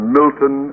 Milton